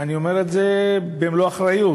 אני אומר את זה במלוא האחריות,